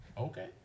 Okay